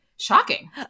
Shocking